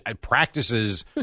practices